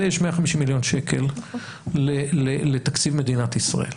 יש 150 מיליון שקל לתקציב מדינת ישראל.